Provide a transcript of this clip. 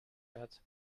head